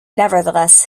nevertheless